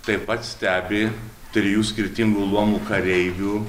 taip pat stebi trijų skirtingų luomų kareivių